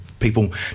people